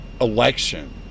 election